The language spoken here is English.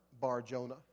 Bar-Jonah